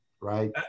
right